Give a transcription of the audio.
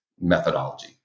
methodology